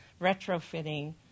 retrofitting